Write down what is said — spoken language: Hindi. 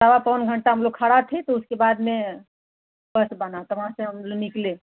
सावा पौन घंटा हम लोग खड़े थे तो उसके बाद में बस बनी तो वहाँ से हम लोग निकले